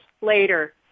later